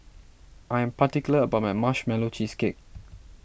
I am particular about my Marshmallow Cheesecake